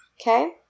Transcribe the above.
Okay